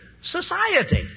society